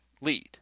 lead